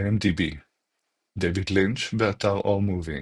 IMDb דייוויד לינץ', באתר AllMovie